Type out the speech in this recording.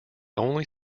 only